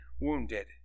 wounded